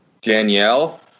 Danielle